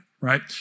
right